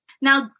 Now